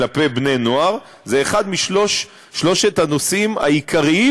כלפי בני-נוער זה אחד משלושת הנושאים העיקריים